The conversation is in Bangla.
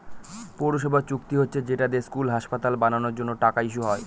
পৌরসভার চুক্তি হচ্ছে যেটা দিয়ে স্কুল, হাসপাতাল বানানোর জন্য টাকা ইস্যু হয়